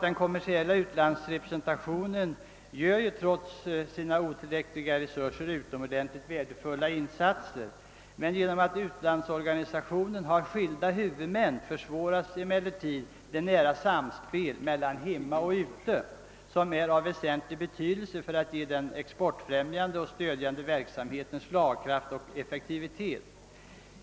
Den kommersiella utlandsrepresentationen gör trots sina otillräckliga resurser utomordentligt värdefulla insat ser, men genom att utlandsorganisationen har skilda huvudmän försvåras det nära samspel mellan verksamheten här hemma och utomlands som är av väsentlig betydelse för att ge den exportfrämjande och stödjande verksamheten slagkraft och effektivitet.